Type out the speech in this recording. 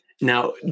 Now